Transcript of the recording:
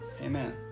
Amen